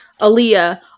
Aaliyah